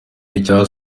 n’icya